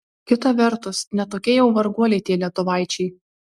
kita vertus ne tokie jau varguoliai tie lietuvaičiai